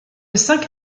cinq